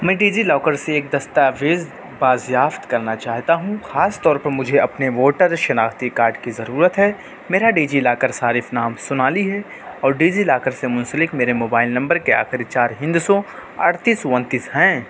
میں DigiLocker سے ایک دستاویز بازیافت کرنا چاہتا ہوں خاص طور پر مجھے اپنے ووٹر شناختی کارڈ کی ضرورت ہے میرا ڈی جی لاکر صارف نام سونالی ہے اور ڈی جی لاکر سے منسلک میرے موبائل نمبر کے آخری چار ہندسوں اڑتیس انتیس ہیں